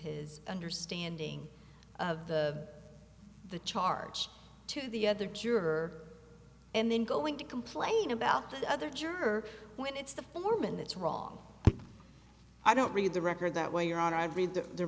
his understanding of the the charge to the other juror and then going to complain about the other juror when it's the foreman that's wrong i don't read the record that well your honor i've read that the